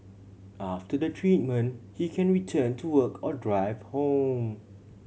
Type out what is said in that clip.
after the treatment he can return to work or drive home